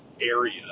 area